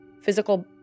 physical